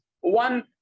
one